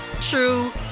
true